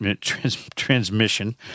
transmission